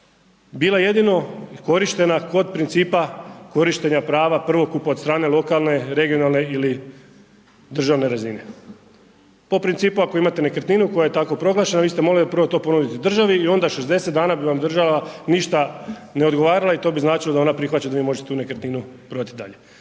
bila jedino korištenja, kod principa korištenja prava prvokupa od strne lokalne, regionalne ili državne razine. Po principu ako imate nekretninu, koja je tako proglašena vi ste morali to prvo ponuditi državi, onda 60 dana bi vam država ništa ne odgovarala i to bi značilo da ona prihvaća, da vi možete tu nekretninu prodati dalje.